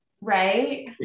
Right